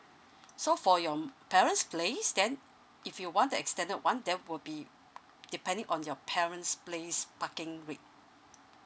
so for your parent's place then if you want to extended one then will be depending on your parents place parking rate